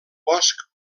bosc